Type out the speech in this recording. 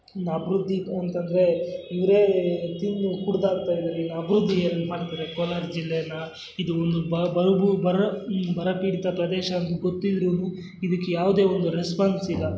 ಅಭಿವೃದ್ಧಿ ಅಂತಂದರೆ ಇವರೇ ತಿಂದು ಕುಡ್ದಾಕ್ತಾ ಇದ್ದಾರೆ ಇನ್ನು ಅಭಿವೃದ್ಧಿ ಏನು ಮಾಡ್ತಾರೆ ಕೋಲಾರ ಜಿಲ್ಲೆನ ಇದು ಒಂದು ಬರ ಬೂ ಬರ ಬರ ಪೀಡಿತ ಪ್ರದೇಶ ಗೊತ್ತಿದ್ರು ಇದಕ್ಕೆ ಯಾವುದೇ ಒಂದು ರೆಸ್ಪಾನ್ಸ್ ಇಲ್ಲ